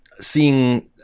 seeing